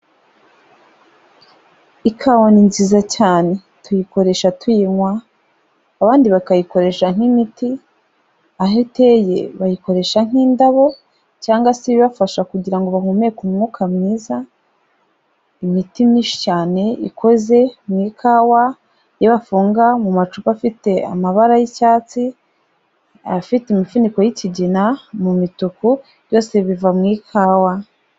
Ikawa ni nziza cyane. Tuyikoresha tuyinywa, abandi bakayikoresha nk'imiti, aho iteye bayikoresha nk'indabo, cyangwa se ibibafasha kugira ngo bahumeke umwuka mwiza, imiti myinshi cyane ikoze mu ikawa, iyo bafunga mu macupa afite amabara y'icyatsi, afite imifuniko y'ikigina, mu mituku, byose biva mu ikawa.